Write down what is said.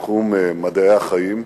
תחום מדעי החיים,